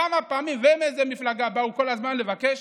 כמה פעמים ומאיזו מפלגה באו כל הזמן לבקש